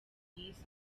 mwiza